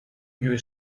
you